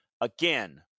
Again